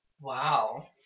Wow